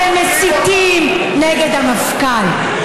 אתם מסיתים נגד המפכ"ל.